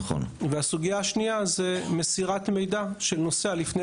והסוגיה השנייה היא מסירת מידע של נוסע לפני